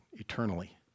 eternally